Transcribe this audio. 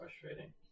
frustrating